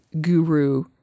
guru